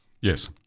Yes